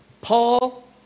Paul